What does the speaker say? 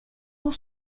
pour